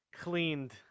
cleaned